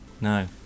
No